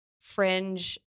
fringe